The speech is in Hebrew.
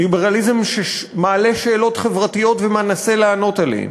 ליברליזם שמעלה שאלות חברתיות ומנסה לענות עליהן.